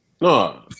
No